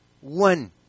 One